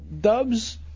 Dub's